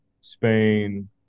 spain